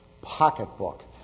pocketbook